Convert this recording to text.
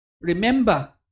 Remember